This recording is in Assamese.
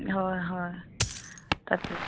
হয় হয় তাকে